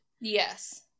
Yes